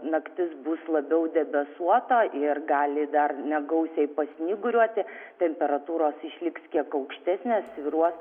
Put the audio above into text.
naktis bus labiau debesuota ir gali dar negausiai pasnyguriuoti temperatūros išliks kiek aukštesnė svyruos